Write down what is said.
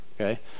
okay